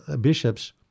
bishops